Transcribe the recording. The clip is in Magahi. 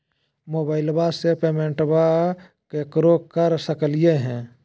मोबाइलबा से पेमेंटबा केकरो कर सकलिए है?